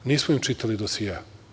Nismo im čitali dosijea.